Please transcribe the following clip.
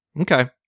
Okay